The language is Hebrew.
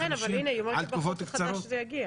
כן, אבל הנה היא אומרת שבחוק החדש זה יגיע.